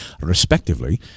respectively